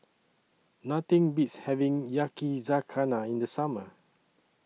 Nothing Beats having Yakizakana in The Summer